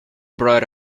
brought